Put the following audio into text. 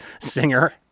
singer